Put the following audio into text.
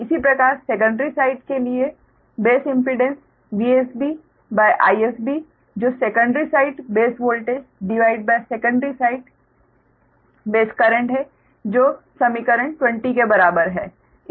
इसी प्रकार secondary side के लिए बेस इम्पीडेंस VsB IsB जो secondary side base voltagesecondary side current base current है जो समीकरण 20 के बराबर है